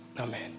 Amen